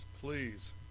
Please